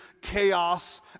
chaos